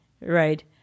right